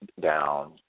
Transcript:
down